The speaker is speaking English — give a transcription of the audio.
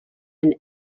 and